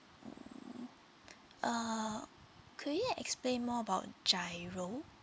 mm uh could you explain more about GIRO